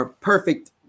perfect